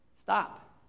stop